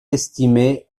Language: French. estimée